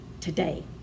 today